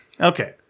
Okay